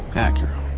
acura.